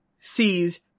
sees